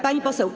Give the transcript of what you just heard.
Pani Poseł!